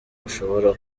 mushobora